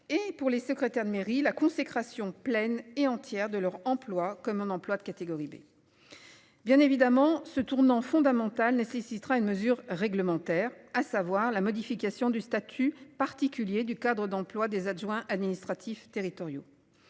et pour les secrétaires de mairie la consécration pleine et entière de leur emploi que mon emploi de catégorie B. Bien évidemment ce tournant fondamental nécessitera une mesure réglementaire, à savoir la modification du statut particulier du Cadre d'emplois des adjoints administratifs territoriaux.